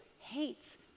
hates